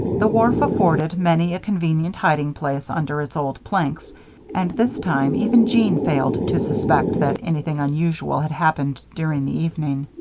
the wharf afforded many a convenient hiding place under its old planks and this time, even jeanne failed to suspect that anything unusual had happened during the evening.